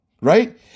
right